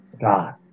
God